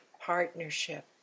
partnership